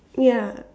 ya